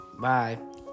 Bye